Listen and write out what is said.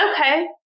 Okay